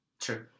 True